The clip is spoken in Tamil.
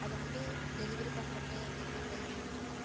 அதை வந்து டெலிவரி பண்ணுறக்கு டெலிவரி பாய் வந்திருந்தாங்க